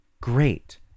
great